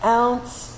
ounce